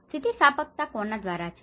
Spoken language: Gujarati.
સ્થિતિસ્થાપકતા કોના દ્વારા છે